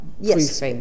Yes